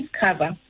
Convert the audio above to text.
cover